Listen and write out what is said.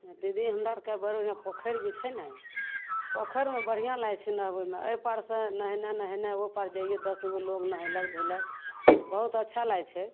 दीदी हमरा आरके बड़ बढ़िऑं पोखरि जे छै ने पोखरिमे बढ़िऑं लागै छै नहबैमे एहिपार सऽ नहेने नहेने ओहिपार जाइयै दस गो लोग नहैलक धोइलक बहुत अच्छा लागै छै